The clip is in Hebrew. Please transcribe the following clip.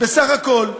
בסך הכול.